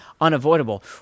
unavoidable